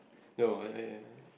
no I I I